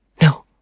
No